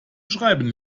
schreiben